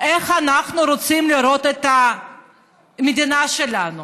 איך אנחנו רוצים לראות את המדינה שלנו,